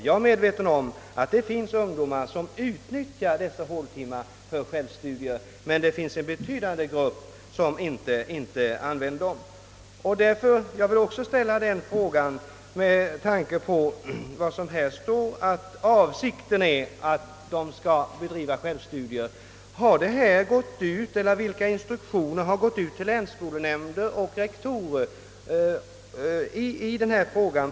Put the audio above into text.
Jag är medveten om att det också finns ungdomar som utnyttjar håltimmarna för självstudier, men en betydande grupp använder inte tiden till det. Det står i statsrådets svar att avsikten är att eleverna skall bedriva självstudier, och då vill jag ställa frågan: Vilka instruktioner har gått ut till länsskolenämnder och rektorer i denna fråga?